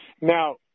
Now